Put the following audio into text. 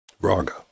raga